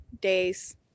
days